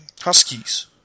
Huskies